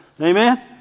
Amen